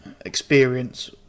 experience